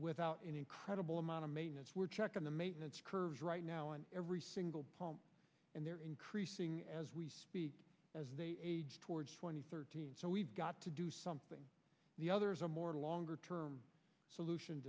without an incredible amount of maintenance we're checking the maintenance curves right now on every single point and they're increasing as we speak as they age towards twenty thirteen so we've got to do something the others are more a longer term solution